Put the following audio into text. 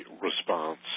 response